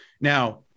Now